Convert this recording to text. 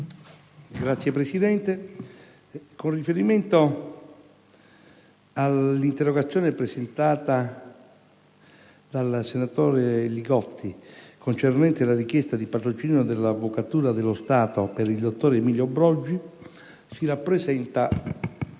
Signor Presidente, con riferimento all'interrogazione presentata dal senatore Li Gotti, concernente la richiesta di patrocinio dell'Avvocatura dello Stato per il dottor Emilio Brogi, si rappresenta